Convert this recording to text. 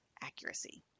accuracy